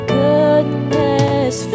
goodness